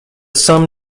sum